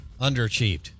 underachieved